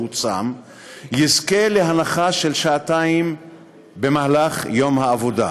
צם יזכה להנחה של שעתיים במהלך יום העבודה.